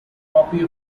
copy